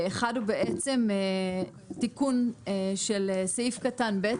אחד הוא בעצם תיקון של סעיף קטן (ב).